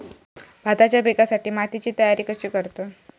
भाताच्या पिकासाठी मातीची तयारी कशी करतत?